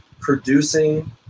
producing